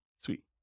Sweet